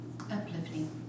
Uplifting